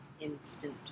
instant